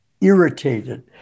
irritated